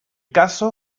caso